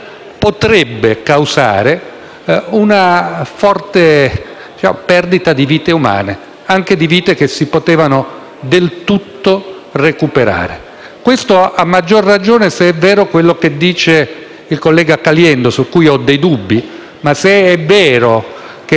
perdita di vite umane, anche di vite che si sarebbero potute del tutto recuperare. Questo, a maggior ragione se è vero quello che dice il collega Caliendo, su cui ho dei dubbi; ma, se è vero che è necessario